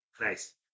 Nice